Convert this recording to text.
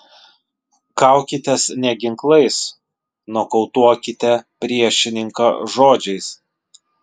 kaukitės ne ginklais nokautuokite priešininką žodžiais